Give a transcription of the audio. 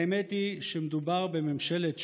האמת היא שמדובר בממשלת שוחד,